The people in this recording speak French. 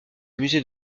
musée